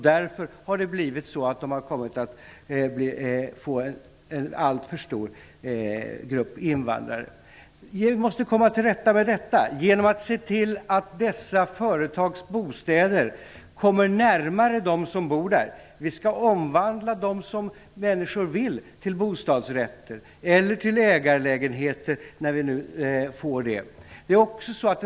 Därför har de här områdena fått en alltför stor grupp invandrare. Vi måste komma till rätta med detta genom att se till att dessa företags bostäder kommer närmare dem som bor där. Vi skall omvandla dessa bostäder till bostadsrätter, om människor vill, eller till ägarlägenheter när vi sedan får det.